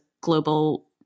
global